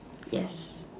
yes